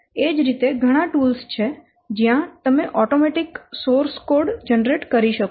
એ જ રીતે ઘણા ટૂલ્સ છે જ્યાં તમે ઓટોમેટીક સોર્સ કોડ જનરેટ કરી શકો છો